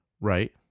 right